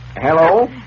Hello